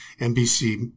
NBC